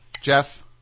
Jeff